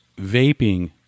vaping